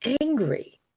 angry